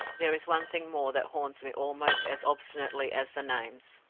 there is one thing more that haunts me almost as obstinately as the names.